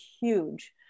huge